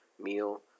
meal